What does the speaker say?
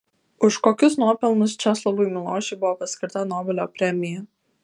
už kokius nuopelnus česlovui milošui buvo paskirta nobelio premija